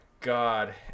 God